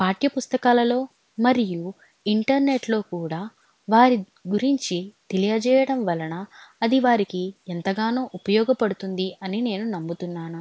పాఠ్యపుస్తకాలలో మరియు ఇంటర్నెట్లో కూడా వారి గురించి తెలియజేయడం వలన అది వారికి ఎంతగానో ఉపయోగపడుతుంది అని నేను నమ్ముతున్నాను